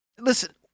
Listen